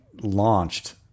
launched